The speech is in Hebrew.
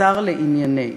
השר לענייני: